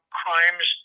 crimes